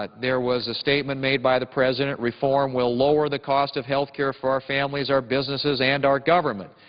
ah there was a statement made by the president, reform will lower the cost of health care for our families, our businesses and our government.